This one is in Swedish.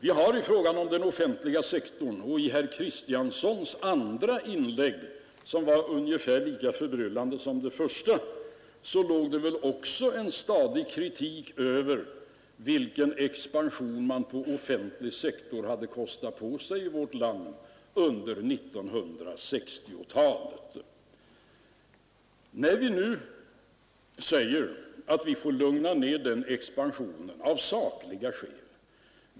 I herr Kristianssons i Harplinge andra inlägg, som var ungefär lika förbryllande som det första, låg det väl också en stadig kritik av den expansion man på offentlig sektor hade kostat på sig i vårt land under 1960-talet. Vi säger nu att vi får lugna ned den expansionen av sakliga skäl.